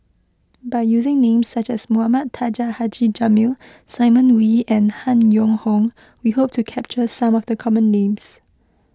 by using names such as Mohamed Taha Haji Jamil Simon Wee and Han Yong Hong we hope to capture some of the common names